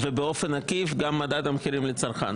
ובאופן עקיף גם את מדד המחירים לצרכן.